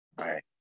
Right